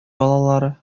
балалары